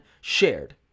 shared